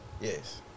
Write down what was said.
Yes